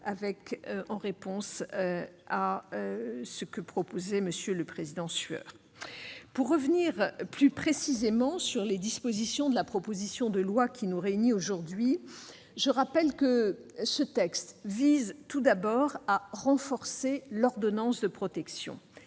en réponse à M. Jean-Pierre Sueur. Pour en revenir plus précisément aux dispositions de la proposition de loi qui nous réunit aujourd'hui, je rappelle que ce texte vise, d'une part, à renforcer l'ordonnance de protection,